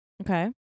Okay